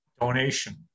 donation